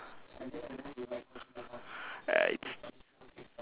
it's